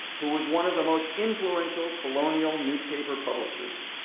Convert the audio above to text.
who was one of the most influential, colonial newspaper publishers.